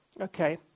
Okay